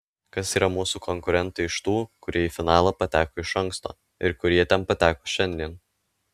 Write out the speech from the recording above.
kas yra mūsų konkurentai iš tų kurie į finalą pateko iš anksto ir kurie ten pateko šiandien